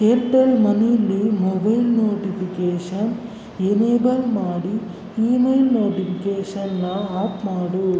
Airtel ಮನಿಲಿ mobile notification enable ಮಾಡಿ email ನೋಟಿಫಿಕೇಷನನ್ನ ಆಫ್ ಮಾಡು